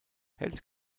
hält